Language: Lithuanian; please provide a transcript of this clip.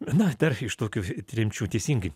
na dar iš tokių tremčių teisingai